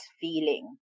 feeling